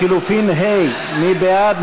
לחלופין ה' מי בעד?